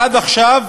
ועד עכשיו